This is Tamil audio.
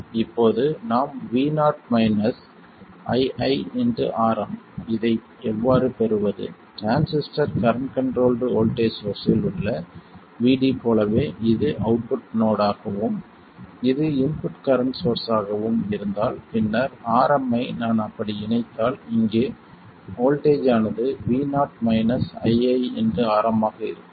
இப்போது நாம் Vo ii Rm இதை எவ்வாறு பெறுவது டிரான்சிஸ்டர் கரண்ட் கண்ட்ரோல்ட் வோல்ட்டேஜ் சோர்ஸ்ஸில் உள்ள Vd போலவே இது அவுட்புட் நோடாகவும் இது இன்புட் கரண்ட் சோர்ஸ் ஆகவும் இருந்தால் பின்னர் Rm ஐ நான் அப்படி இணைத்தால் இங்கே வோல்ட்டேஜ் ஆனது Vo ii Rm ஆக இருக்கும்